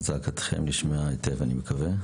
אני מקווה שזעקתכם נשמעה היטב.